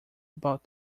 about